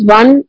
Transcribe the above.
one